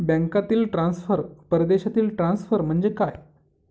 बँकांतील ट्रान्सफर, परदेशातील ट्रान्सफर म्हणजे काय?